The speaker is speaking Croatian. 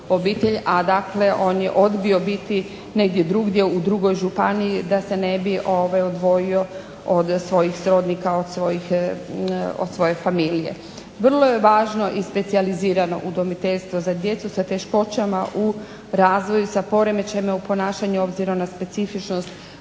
a dakle on je odbio biti negdje drugdje, u drugoj županiji da se ne bi odvojio od svojih srodnika, od svoje familije. Vrlo je važno i specijalizirano udomiteljstvo za djecu sa teškoćama u razvoju, sa poremećajima u ponašanju obzirom na specifičnost